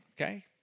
okay